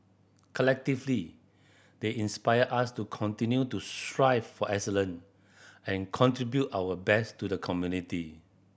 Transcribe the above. collectively they inspire us to continue to strive for excellence and contribute our best to the community